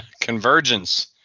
Convergence